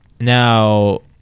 Now